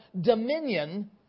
dominion